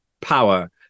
power